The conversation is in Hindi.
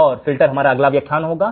और फिल्टर हमारा अगला व्याख्यान होगा